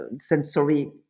sensory